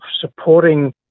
supporting